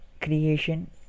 creation